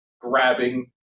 grabbing